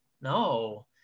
No